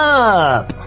up